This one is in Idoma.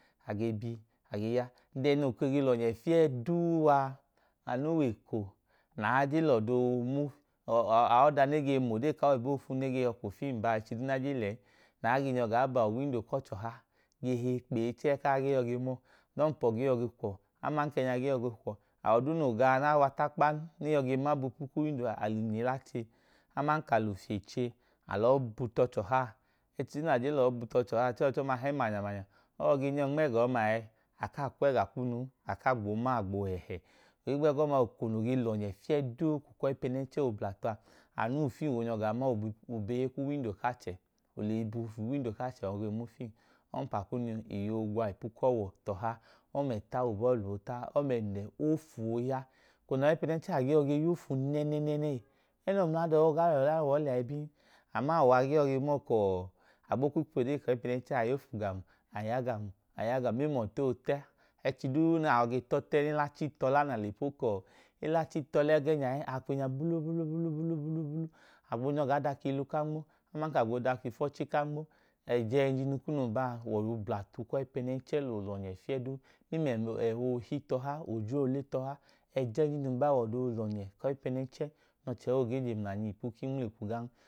A ge bi, a ge ya. Dẹn, noo ke ge lọnyẹ fiyẹ duu a, anu wẹ eko nẹ aa jen lẹ ufi, aọda nẹ e ge ma aọda ne ge mu ode ku aoyibo fu ne ge hi ka ufim a na aa jen lẹn, nẹ aa gen yọ gaa ba uwindo ku ọchọha a, ge heyi kpee chẹẹ ku aa ge yọ ge mọọ, nẹ ọmpa awọ gee yọ ge kwuwọ, aman ka ẹẹnya gee yọ ge kwuwọ. Awọ duu noo ga nẹ a wa takplan, ẹ e yọ ge ma bu ipu uwindo a, a lẹ inyila che, aman ka a lẹ ufiye che. A lọọ but u ọchọha a. Ẹchi duu nẹ a lọọ but u ọchọha a, chẹẹ ọchọma hẹ manyamanya. O yọ gen yọ nmẹga ọma ẹẹ, a kaa kwu ẹga kunu u, a kaa gboo ma, gboo hẹhẹ. Ohigbu ẹgọma, ẹẹ noo ge lọnyẹ fiyẹ duu eko ọyipẹnẹnchẹ ooblatu a, anu wẹ ufim oogaa ma obehe ku uwindo ku achẹ, o leyi bu uwindo ku achẹ yọ ge ma ufim. Ọmpa kunu, iye oogwa ipu ku ọwọ tọha, ọmẹta ubọọlu oota, ọmẹnẹ, ofu ooya. Eko nẹ a wẹ ọyipẹnẹnchẹ a, a gee yọ ge ya ofu nẹnẹnẹnẹhi. Ẹnẹ ọọ mla ada ọọ i gaa lẹ ẹla wu ọọ liya ibin. Ama a gee yọ ge ma ọọ ka abọ o kwu piya ofu ku ayipẹnẹnchẹ a, a ya ofu ga amu, a ya ga amu, mẹmla ọtẹ ootẹ. Ẹchi duu nẹ a ge ta ọtẹ, nẹ e lẹ achi tọla, na le po ka, e lẹ achi tọla ẹgẹẹnya ẹẹ, a kwinya bulo, bulo, bulo. A gboo nyọ gaa daka ilu ka nmo, aman ka a gboo daka ifu ọchi ku a nmo. Ẹjẹnjinu kunu noo ba a, wẹ ọda oblatu ku ọyipẹnẹnchẹ fiyẹ duu noo lọyẹ fiyẹ duu. Mẹmla ẹhọ oohi, odre ooe tọha. Ẹjẹnjini kpẹẹm ma wẹ ọda oblate ku ọyipẹnẹnchẹ noo lọnyẹ fiyẹ duu. Mẹmla ẹhọ oohi tọha, odre oole tọha. Ẹjẹnjinu kpẹẹm wẹ ọda olọnyẹ ku ayipẹnẹchẹ nẹ ọchẹ i gaa je mlanyi ipu inmleyikwu nẹ ọchẹ gaa je mlanyi fiya glan.